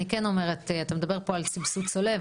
אני כן אומרת: אתה מדבר פה על סבסוד צולב,